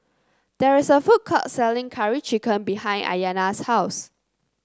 there is a food court selling Curry Chicken behind Ayana's house